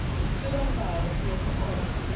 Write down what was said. and stood on guard as he had been taught.